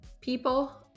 people